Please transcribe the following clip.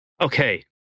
Okay